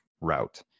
route